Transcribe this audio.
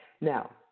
Now